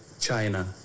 China